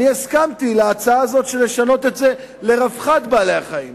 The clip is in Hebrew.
אני הסכמתי להצעה הזאת לשנות את זה ל"רווחת בעלי-החיים".